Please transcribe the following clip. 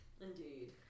Indeed